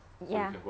ya